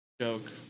joke